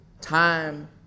time